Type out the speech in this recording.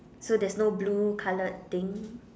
so there's no blue coloured thing